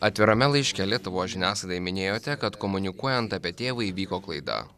atvirame laiške lietuvos žiniasklaidai minėjote kad komunikuojant apie tėvą įvyko klaida